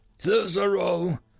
Cicero